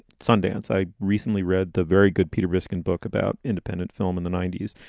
sundance? i recently read the very good peter riskin book about independent film in the ninety s.